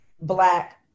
Black